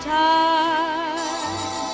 time